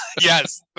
Yes